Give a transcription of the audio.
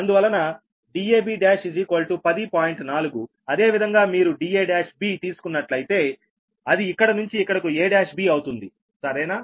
4 అదేవిధంగా మీరు da1b తీసుకున్నట్లయితే అది ఇక్కడ నుంచి ఇక్కడకు a1b అవుతుంది సరేనా